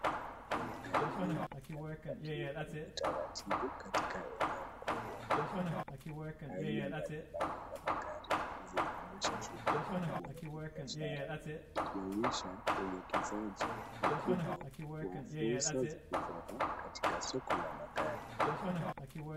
Magari mengi yamepakiwa kwa utaratibu katika eneo kubwa. Aina mbali mbali za magari zinaonyesha shughuli kubwa za kibiashara ikionyesha uekezaji mkubwa wa fursa za kifedha katika soko la magari.